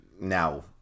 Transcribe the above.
now